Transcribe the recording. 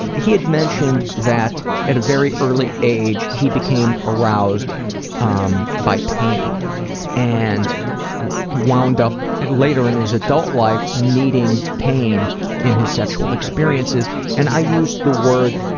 and he had mentioned that at a very early age he became aroused um by pain and wound up later in his adult life needing pain in his sexual experiences and i used the word